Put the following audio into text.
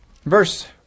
Verse